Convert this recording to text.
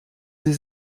sie